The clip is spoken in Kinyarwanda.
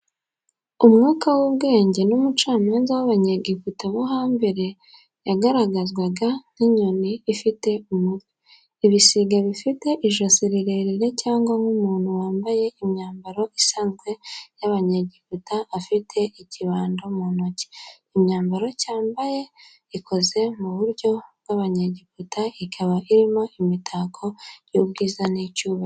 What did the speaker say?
Umwuka w'ubwenge n'umucamanza w'Abanyegiputa bo hambere yagaragazwaga nk'inyoni ifite umutwe, ibisiga bifite ijosi rirerire cyangwa nk'umuntu wambaye imyambaro isanzwe y'Abanyegiputa afite ikibando mu ntoki. Imyambaro cyambaye ikoze mu buryo bw'Abanyegiputa ikaba irimo imitako y'ubwiza n'icyubahiro.